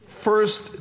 First